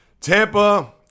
Tampa